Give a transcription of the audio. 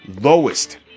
lowest